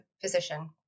physician